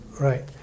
Right